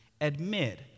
admit